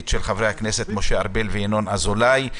של חברי הכנסת משה ארבל וינון אזולאי.